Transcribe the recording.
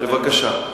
בבקשה.